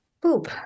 Poop